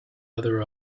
other